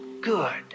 good